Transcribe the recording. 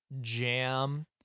jam